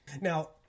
Now